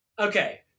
Okay